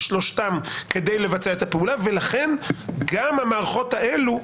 שלושתם כדי לבצע את הפעולה ולכן גם המערכות האלו,